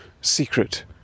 secret